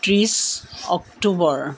ত্ৰিছ অক্টোবৰ